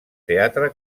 teatre